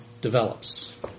develops